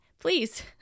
Please